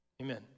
Amen